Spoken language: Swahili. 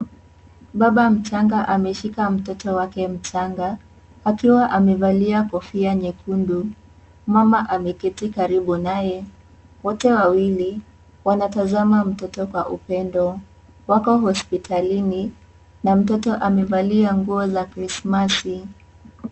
Baba mchanga ameshika mtoto wake mchanga akiwa amevalia kofia nyekundu. Mama ameketi karibu naye wote wawili wanatazama mtoto kwa upendo. Wako hospitalini na mtoto amevalia nguo za krismasi.